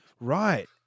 Right